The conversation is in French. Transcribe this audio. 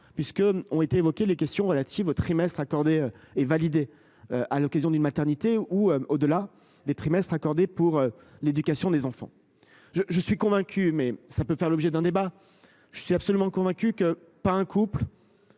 puisque ont été évoquées les questions relatives au trimestre accordés et validé à l'occasion d'une maternité ou au-delà des trimestres accordés pour l'éducation des enfants. Je, je suis convaincu, mais ça peut faire l'objet d'un débat. Je suis absolument convaincu que pas un couple.